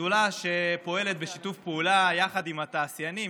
שדולה שפועלת בשיתוף פעולה עם התעשיינים,